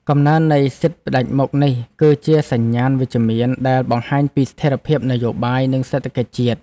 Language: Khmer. កំណើននៃសិទ្ធិផ្តាច់មុខនេះ គឺជាសញ្ញាណវិជ្ជមានដែលបង្ហាញពីស្ថិរភាពនយោបាយនិងសេដ្ឋកិច្ចជាតិ។